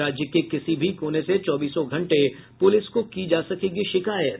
राज्य के किसी भी कोने से चौबीसों घंटे पुलिस को की जा सकेगी शिकायत